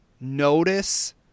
notice